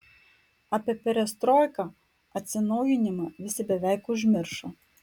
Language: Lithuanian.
apie perestroiką atsinaujinimą visi beveik užmiršo